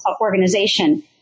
organization